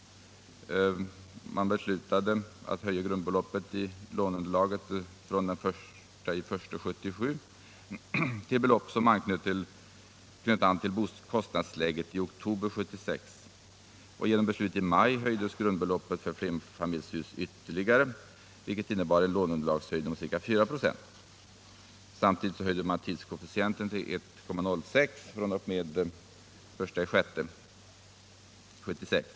Sålunda beslutade regeringen att grundbeloppet i låneunderlaget skulle höjas fr.o.m. den 1 januari 1977 till ett belopp som knöt an till kostnadsläget i oktober 1976. Genom beslut i maj höjdes grundbeloppet för flerfamiljshus ytterligare, vilket innebar en låneunderlagshöjning om ca 4 96. Samtidigt höjdes tidskoefficienten till 1,06 fr.o.m. den 1 juni 1976.